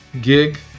gig